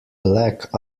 black